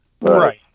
Right